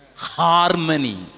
Harmony